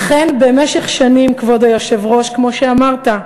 אכן, במשך שנים, כבוד היושב-ראש, כמו שאמרת,